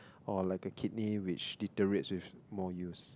orh like a kidney which deteriorates more use